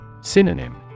Synonym